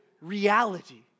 reality